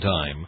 time